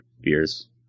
beers